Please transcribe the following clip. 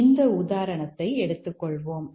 இந்த உதாரணத்தை எடுத்துக் கொள்வோம்